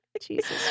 Jesus